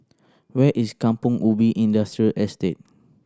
where is Kampong Ubi Industrial Estate